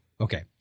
Okay